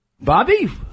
Bobby